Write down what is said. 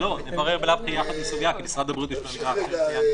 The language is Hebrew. כי משרד הבריאות יש לו עמדה אחרת.